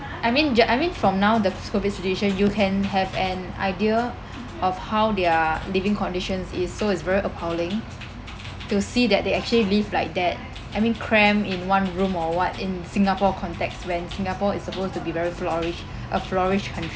I mean ju~ I mean from now this COVID situation you can have an idea of how their living conditions is so it's very appalling to see that they actually live like that I mean cram in one room or what in singapore context when singapore is supposed to be very flourish a flourish country